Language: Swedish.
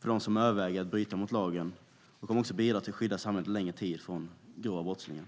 för dem som överväger att bryta mot lagen och kommer att bidra till att skydda samhället längre tid från grova brottslingar.